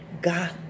God